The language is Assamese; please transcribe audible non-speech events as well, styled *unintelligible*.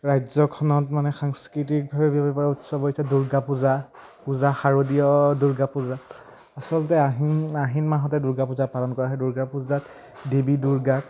ৰাজ্যখনত মানে সাংস্কৃতিকভাৱে *unintelligible* উৎসৱ হৈছে দুৰ্গাপূজা পূজা শাৰদীয় দুৰ্গাপূজা আচলতে আহিন আহিন মাহতে দুৰ্গাপূজা পালন কৰা হয় দুৰ্গা পূজাত দেৱী দুৰ্গাক